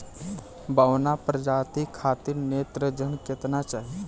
बौना प्रजाति खातिर नेत्रजन केतना चाही?